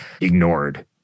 ignored